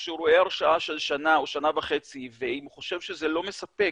וכשהוא רואה הרשעה של שנה או שנה וחצי ואם הוא חושב שזה לא מספיק,